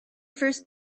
first